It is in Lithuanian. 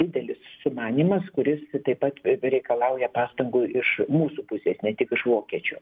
didelis sumanymas kuris taip pat reikalauja pastangų iš mūsų pusės ne tik iš vokiečių